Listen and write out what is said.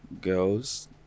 girls